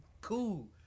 Cool